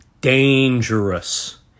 dangerous